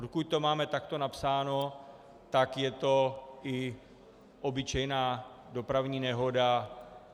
Pokud to máme takto napsáno, tak je to i obyčejná dopravní nehoda.